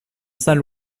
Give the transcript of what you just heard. saint